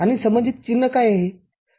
आणि संबंधित चिन्ह काय आहे